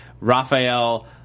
Raphael